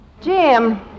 Jim